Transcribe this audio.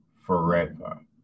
forever